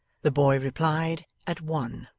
the boy replied, at one.